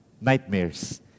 nightmares